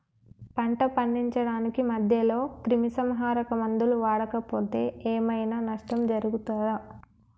పంట పండించడానికి మధ్యలో క్రిమిసంహరక మందులు వాడకపోతే ఏం ఐనా నష్టం జరుగుతదా?